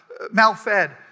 malfed